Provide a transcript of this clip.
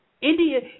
India